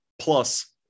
Plus